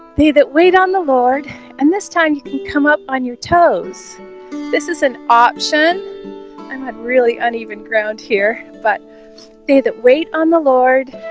they that wait on the lord and this time you can come up on your toes this is an option i'm not really uneven ground here but they that wait on the lord